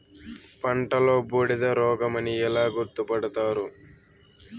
పంటలో బూడిద రోగమని ఎలా గుర్తుపడతారు?